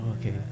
Okay